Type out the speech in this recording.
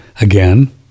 again